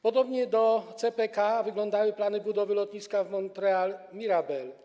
Podobnie do CPK wyglądały plany budowy lotniska Montreal-Mirabel.